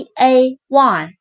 Pay